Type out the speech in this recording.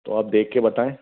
तो आप देख के बताएँ